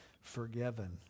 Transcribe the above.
forgiven